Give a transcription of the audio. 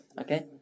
Okay